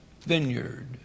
vineyard